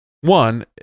one